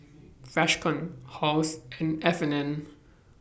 Freshkon Halls and F and N